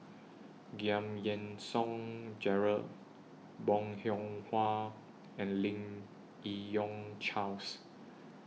Giam Yean Song Gerald Bong Hiong Hwa and Lim Yi Yong Charles